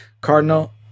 Cardinal